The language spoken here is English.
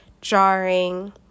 jarring